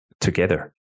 together